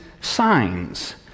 signs